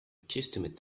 accustomed